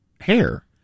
hair